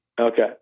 Okay